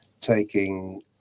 taking